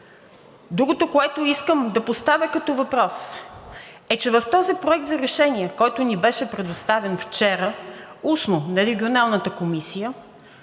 Другото, което искам да поставя като въпрос, е, че в този проект за решение, който ни беше предоставен вчера устно на Регионалната комисия,